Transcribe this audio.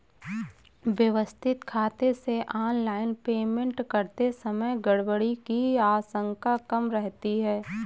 व्यवस्थित खाते से ऑनलाइन पेमेंट करते समय गड़बड़ी की आशंका कम रहती है